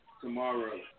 tomorrow